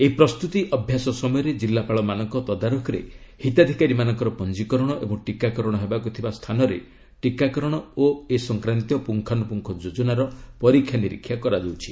ଏହି ପ୍ରସ୍ତତି ଅଭ୍ୟାସ ସମୟରେ ଜିଲ୍ଲାପାଳମାନଙ୍କ ତଦାରଖରେ ହିତାଧିକାରୀମାନଙ୍କର ପଞ୍ଜୀକରଣ ଏବଂ ଟୀକାକରଣ ହେବାକୁ ଥିବା ସ୍ଥାନରେ ଟୀକାକରଣ ଓ ଏ ସଂକ୍ରାନ୍ତୀୟ ପୁଙ୍ଗାନୁପ୍ରୁଙ୍ଗ ଯୋକନାର ପରୀକ୍ଷା ନିରୀକ୍ଷା କରାଯାଉଛି